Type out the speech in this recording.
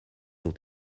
ont